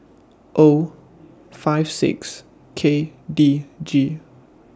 O five six K D G